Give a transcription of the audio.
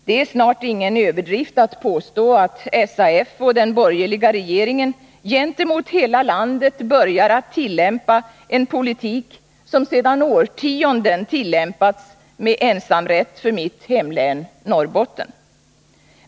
Det är snart ingen överdrift att påstå att SAF och den borgerliga regeringen gentemot hela landet börjar att tillämpa en politik som sedan årtionden tillämpats med ensamrätt för mitt hemlän, Norrbotten.